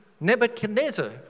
Nebuchadnezzar